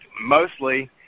mostly